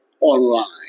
online